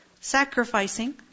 sacrificing